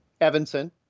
Evanson